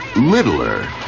littler